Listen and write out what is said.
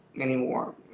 anymore